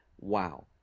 wow